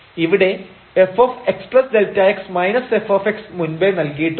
ഇവിടെ fxΔx f മുൻപേ നൽകിയിട്ടുണ്ട്